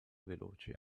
veloce